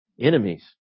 Enemies